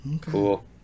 Cool